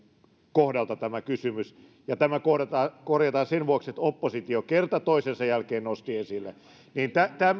kohdalta tämä kysymys tämä korjataan sen vuoksi että oppositio kerta toisensa jälkeen nosti